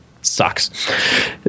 sucks